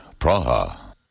Praha